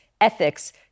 Ethics